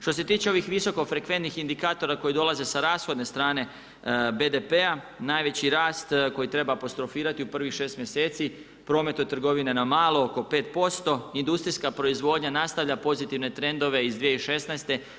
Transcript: Što se tiče ovih visoko frekventnih indikatora koji dolaze s rashodne strane BDP-a najveći rast koji treba apostrofirati u prvih šest mjeseci promet od trgovine na malo oko 5%, industrijska proizvodnja nastavlja pozitivne trendove iz 2016.